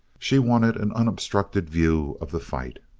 she wanted an unobstructed view of the fight.